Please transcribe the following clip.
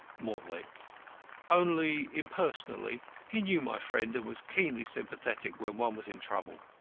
mortlake only impersonally. he knew my friend, and was keenly sympathetic when one was in trouble.